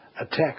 attack